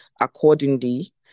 accordingly